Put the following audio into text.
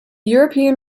european